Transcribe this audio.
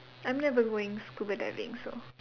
I'm never going scuba diving so